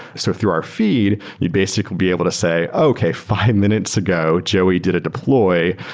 so through our feed, you'd basically be able to say, okay. five minutes ago, joey did a deploy,